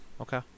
okay